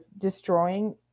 destroying